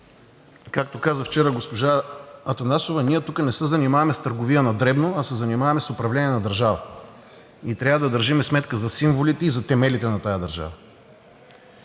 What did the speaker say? Както каза вчера госпожа Атанасова, ние тук не се занимаваме с търговия на дребно, а се занимаваме с управление на държава и трябва да държим сметка за символите и за темелите на тази държава.